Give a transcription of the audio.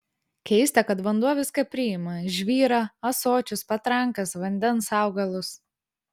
keista kad vanduo viską priima žvyrą ąsočius patrankas vandens augalus